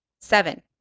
Seven